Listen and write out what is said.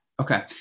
Okay